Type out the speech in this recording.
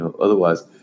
Otherwise